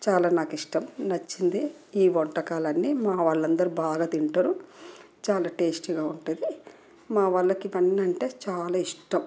చాలా నాకు ఇష్టం నచ్చింది ఈ వంటకాలన్నీ మా వాళ్ళందరూ బాగా తింటారు చాలా టేస్టీగా ఉంటుంది మా వాళ్ళకి ఇవన్నీ అంటే చాలా ఇష్టం